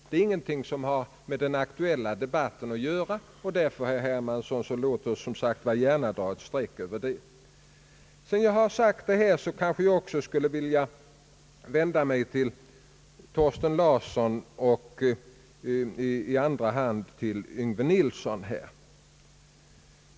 Det är inget som har med den aktuella debatten att göra. Låt oss därför, herr Hermansson, gärna dra ett streck över det. Sedan jag sagt detta skulle jag också vilja vända mig till herr Thorsten Larsson och i andra hand till herr Yngve Nilsson.